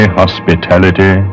hospitality